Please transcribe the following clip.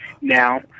now